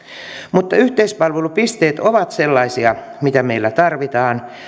mutta yhteispalvelupisteet ovat sellaisia mitä meillä tarvitaan